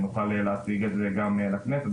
שנוכל להציג את זה גם לכנסת,